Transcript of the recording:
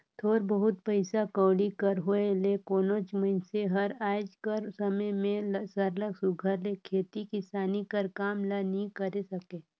थोर बहुत पइसा कउड़ी कर होए ले कोनोच मइनसे हर आएज कर समे में सरलग सुग्घर ले खेती किसानी कर काम ल नी करे सके